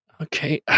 Okay